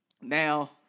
Now